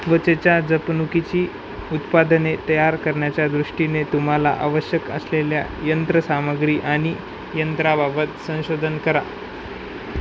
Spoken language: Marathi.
त्वचेच्या जपणुकीची उत्पादने तयार करण्याच्या दृष्टीने तुम्हाला आवश्यक असलेल्या यंत्रसामग्री आणि यंत्रांबाबत संशोधन करा